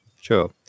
Sure